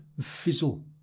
fizzle